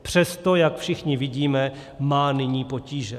Přesto, jak všichni vidíme, má nyní potíže.